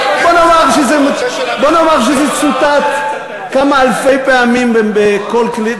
בואו נאמר שזה צוטט כמה אלפי פעמים בכל כלי,